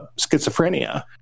schizophrenia